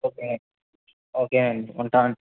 okay okay అండి ఉంటాను